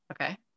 Okay